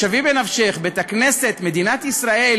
בית-הכנסת פטור.